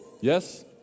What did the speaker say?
Yes